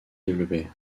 développée